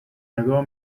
نگاه